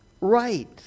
right